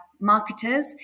marketers